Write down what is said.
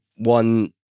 one